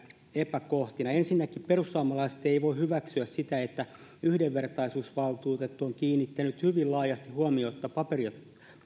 epäkohtina ja kiinnittää niihin huomiota ensinnäkin perussuomalaiset eivät voi hyväksyä sitä että yhdenvertaisuusvaltuutettu on kiinnittänyt hyvin laajasti huomiota